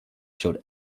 showed